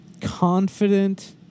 Confident